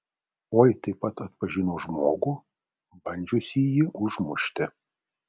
oi taip pat atpažino žmogų bandžiusįjį užmušti